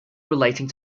relating